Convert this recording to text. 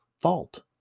fault